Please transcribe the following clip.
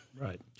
Right